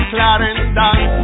Clarendon